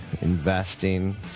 investing